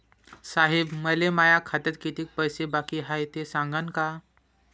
साहेब, मले माया खात्यात कितीक पैसे बाकी हाय, ते सांगान का?